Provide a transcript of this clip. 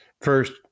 First